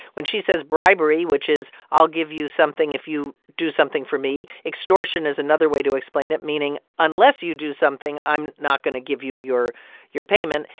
when she says bribery, which is, i'll give you something if you do something for me extortion is another way to explain it, meaning unless you do something, i'm not going to give you your your payment.